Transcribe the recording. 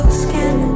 skin